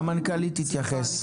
המנכ"לית תתייחס.